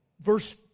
Verse